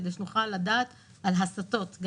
כדי שנוכל לדעת על הסטות.